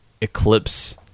eclipse